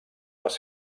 les